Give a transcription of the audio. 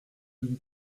une